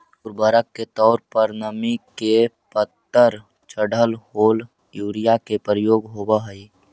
उर्वरक के तौर पर नीम के परत चढ़ल होल यूरिया के प्रयोग होवऽ हई